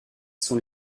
sont